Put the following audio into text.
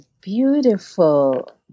beautiful